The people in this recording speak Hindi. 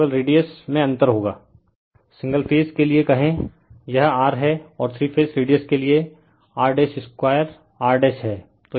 केवल रेडिअस में अंतर होगा सिंगल - फेज के लिए कहें यह R है और थ्री फेज रेडिअस के लिए R 2 R है